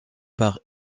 par